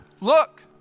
look